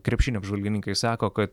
krepšinio apžvalgininkai sako kad